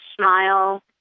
smile